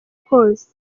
kose